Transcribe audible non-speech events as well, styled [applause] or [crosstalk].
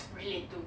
[noise] relate to